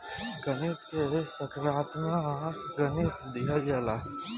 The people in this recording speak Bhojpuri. व्यापार के सकारात्मक गति दिहल जाला